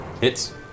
Hits